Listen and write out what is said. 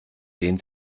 den